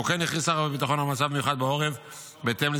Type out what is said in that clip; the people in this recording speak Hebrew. כמו כן,